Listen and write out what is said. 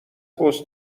پست